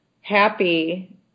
happy